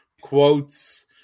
quotes